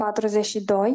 42